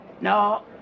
no